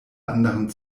anderen